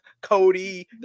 cody